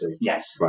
Yes